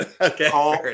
Okay